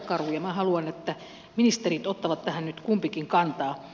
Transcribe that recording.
minä haluan että ministerit ottavat tähän nyt kumpikin kantaa